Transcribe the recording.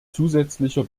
zusätzlicher